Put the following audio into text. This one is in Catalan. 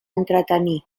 entretenir